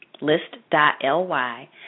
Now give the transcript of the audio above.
list.ly